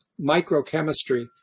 microchemistry